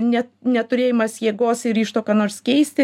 net neturėjimas jėgos ir ryžto ką nors keisti